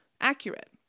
accurate